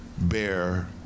bear